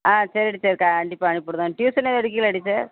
ஆ சரி டீச்சர் கண்டிப்பாக அனுப்பி விடுதோம் ட்யூஷனு எடுக்குறீகளா டீச்சர்